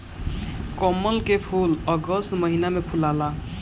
कमल के फूल अगस्त महिना में फुलाला